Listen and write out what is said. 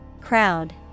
Crowd